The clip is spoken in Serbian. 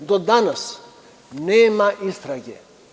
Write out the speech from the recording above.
Do danas nema istrage.